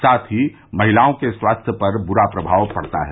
साथ ही महिलाओं के स्वास्थ्य पर ब्रा प्रभाव पड़ता है